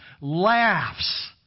laughs